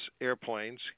airplanes